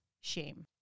shame